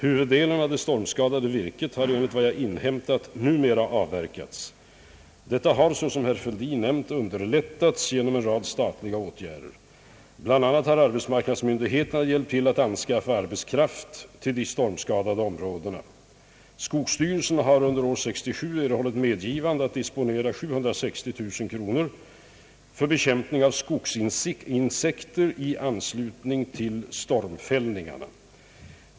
Huvuddelen av det stormskadade virket har enligt vad jag inhämtat numera avverkats. Detta har såsom herr Fälldin nämnt underlättats genom en rad statliga åtgärder. Bl. a. har arbetsmarknadsmyndigheterna hjälpt till att anskaffa arbetskraft till de stormskadade områdena. Skogsstyrelsen har under år 1967 erhållit medgivande att disponera 760 000 kr. för bekämpning av skogsinsekter i anslutning till stormfällningarna.